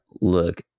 Look